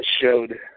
showed